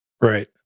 Right